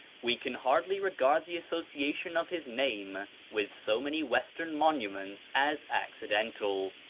we can hardly regard the association of his name with so many western monuments as accidental.